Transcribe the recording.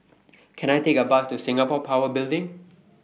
Can I Take A Bus to Singapore Power Building